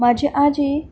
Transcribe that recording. म्हाजी आजी